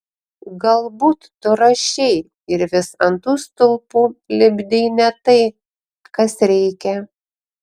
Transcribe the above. galbūt tu rašei ir vis ant tų stulpų lipdei ne tai kas reikia